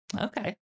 Okay